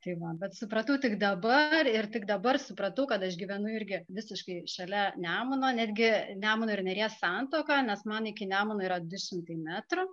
tai va bet supratau tik dabar ir tik dabar supratau kad aš gyvenu irgi visiškai šalia nemuno netgi nemuno ir neries santuoka nes man iki nemuno yra du šimtai metrų